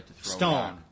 Stone